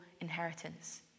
inheritance